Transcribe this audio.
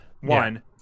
One